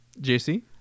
JC